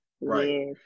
Right